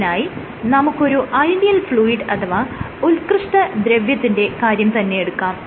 അതിനായ് നമുക്ക് ഒരു ideal fluid അഥവാ ഉത്കൃഷ്ട ദ്രവ്യത്തിന്റെ കാര്യം തന്നെയെടുക്കാം